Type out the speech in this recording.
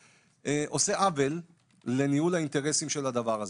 עושה עוול לניהול האינטרסים של הדבר הזה.